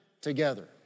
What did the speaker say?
together